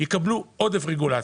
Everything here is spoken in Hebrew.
יקבלו עודף רגולציה.